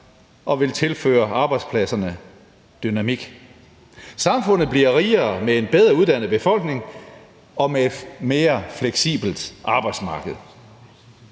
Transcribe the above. det vil tilføre arbejdspladserne dynamik. Samfundet bliver rigere med en bedre uddannet befolkning og med et mere fleksibelt arbejdsmarked.